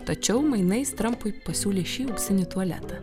tačiau mainais trampui pasiūlė šį auksinį tualetą